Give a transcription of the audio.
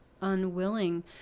unwilling